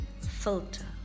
filter